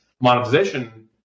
monetization